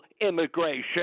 immigration